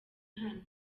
hano